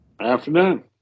afternoon